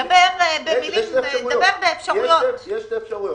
יש שתי אפשרויות.